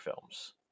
films